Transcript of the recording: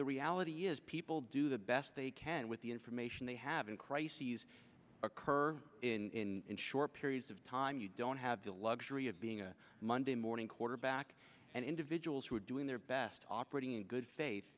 the reality is people do the best they can with the information they have in crises occur in short periods of time you don't have the luxury of being a monday morning quarterback and individuals who are doing their best operating in good faith